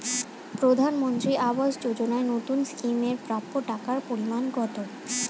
প্রধানমন্ত্রী আবাস যোজনায় নতুন স্কিম এর প্রাপ্য টাকার পরিমান কত?